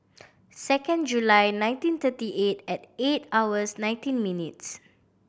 second July nineteen thirty eight at eight hours nineteen minutes